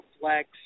Flex